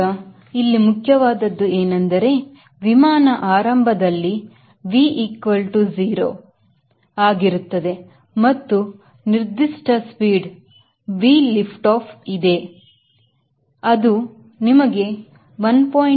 ಈಗ ಇಲ್ಲಿ ಮುಖ್ಯವಾದದ್ದು ಏನೆಂದರೆ ವಿಮಾನ ಆರಂಭದಲ್ಲಿ V0 ಪವನ್ ಆಗಿರುತ್ತದೆ ಮತ್ತು ನಿರ್ದಿಷ್ಟ ಸ್ಪೀಡ್ V lift off ಇದೆ ಅದು ನಿಮಗೆ 1